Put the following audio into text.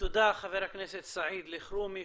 תודה, חבר הכנסת סעיד אלחרומי.